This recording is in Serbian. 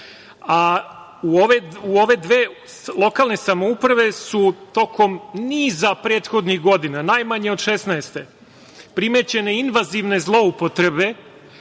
ove dve lokalne samouprave su tokom niza prethodnih godina, najmanje od 2016. godine, primećene invazivne zloupotrebe